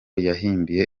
yahimbiye